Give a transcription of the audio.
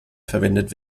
verwendet